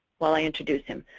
while i introduce him.